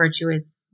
virtuous